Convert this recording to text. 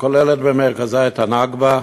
שכוללת במרכזה את הנכבה,